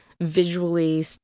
visually